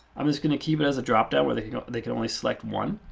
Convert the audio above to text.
i'm just going to keep it as a dropdown where they they can only select one.